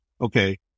Okay